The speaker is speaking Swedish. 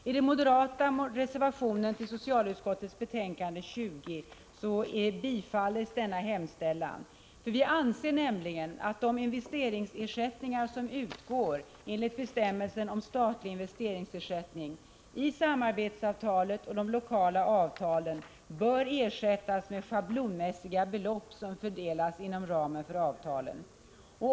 I den moderata reservationen till socialutskottets betänkande 20 tillstyrks denna hemställan. Vi anser nämligen att de investeringsersättningar som utgår enligt bestämmelserna om statlig investeringsersättning i samarbetsavtalet och de lokala avtalen bör ersättas med schablonmässiga belopp som fördelas inom ramen för avtalen.